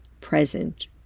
present